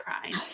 crying